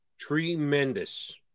Tremendous